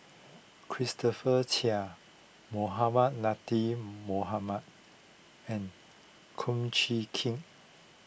Christopher Chia Mohamed Latiff Mohamed and Kum Chee Kin